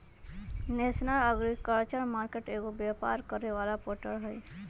national agriculture market एगो व्यापार करे वाला पोर्टल हई